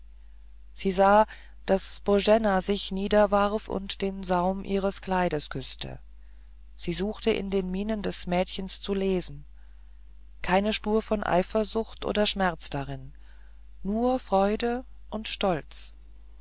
sie sah daß boena sich niederwarf und den saum ihres kleides küßte sie suchte in den mienen des mädchens zu lesen keine spur von eifersucht oder schmerz darin nur freude und stolz